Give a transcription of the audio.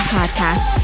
Podcast